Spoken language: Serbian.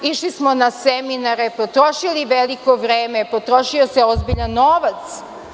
Išli smo na seminare, potrošili veliko vreme, potrošio se ozbiljan novac.